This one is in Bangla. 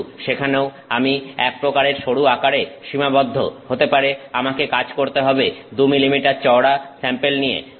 কিন্তু সেখানেও আমি এক প্রকারের সরু আকারে সীমাবদ্ধ হতে পারে আমাকে কাজ করতে হবে 2 মিলিমিটার চওড়া স্যাম্পেল নিয়ে